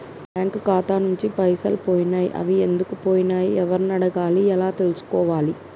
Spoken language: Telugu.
నా బ్యాంకు ఖాతా నుంచి పైసలు పోయినయ్ అవి ఎందుకు పోయినయ్ ఎవరిని అడగాలి ఎలా తెలుసుకోవాలి?